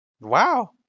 Wow